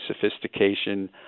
sophistication